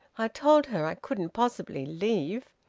i told her i couldn't possibly leave.